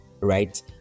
Right